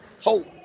hope